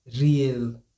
real